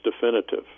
definitive